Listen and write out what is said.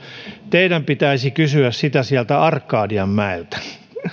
teidän pitäisi kysyä sitä sieltä arkadianmäeltä